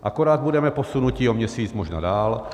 Akorát budeme posunuti o měsíc možná dál.